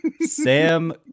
sam